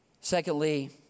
Secondly